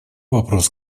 вопрос